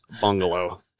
Bungalow